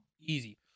Easy